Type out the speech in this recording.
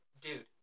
dude